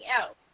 else